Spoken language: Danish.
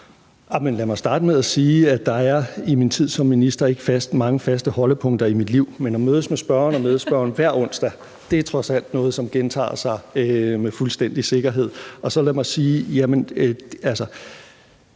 Lad mig starte med at sige, at der i min tid som minister ikke er mange faste holdepunkter i mit liv, men at mødes med spørgeren og medspørgeren hver onsdag er trods alt noget, som gentager sig med fuldstændig sikkerhed. Og så lad mig sige, at